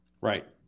Right